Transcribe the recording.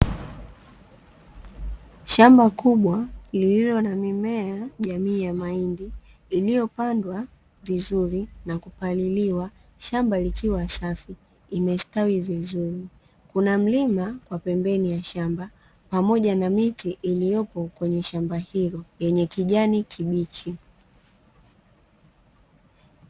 Shamba kubwa lililo na mimea jamii ya mahindi iliyopandwa vizuri na kupaliliwa, shamba likiwa safi, limestawi vizuri, kuna mlima kwa pembeni ya shamba, pamoja na miti iliyopo kwenye shamba hilo, yenye kijani kibichi.